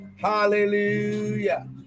Hallelujah